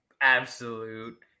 absolute